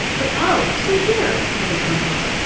but oh, see here! phyllis went on.